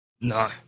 No